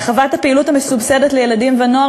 הרחבת הפעילות המסובסדת לילדים ונוער